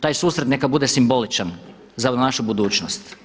Taj susret neka bude simboličan za našu budućnost.